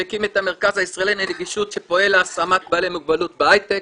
שהקים את המרכז הישראלי לנגישות שפועל להשמת בעלי מוגבלות בהייטק,